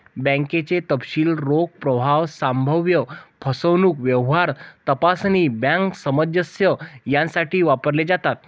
बँकेचे तपशील रोख प्रवाह, संभाव्य फसवणूक, व्यवहार तपासणी, बँक सामंजस्य यासाठी वापरले जातात